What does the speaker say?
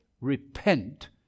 Repent